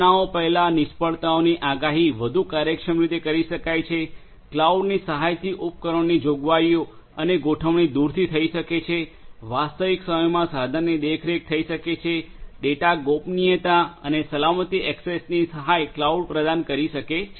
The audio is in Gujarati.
ઘટનાઓ પહેલાં નિષ્ફળતાઓની આગાહી વધુ કાર્યક્ષમ રીતે કરી શકાય છે ક્લાઉડની સહાયથી ઉપકરણની જોગવાઈ અને ગોઠવણી દૂરથી થઈ શકે છે વાસ્તવિક સમયમાં સાધનની દેખરેખ થઈ શકે છે ડેટા ગોપનીયતા અને સલામતી એકસેસની સહાય ક્લાઉડ પ્રદાન કરી શકે છે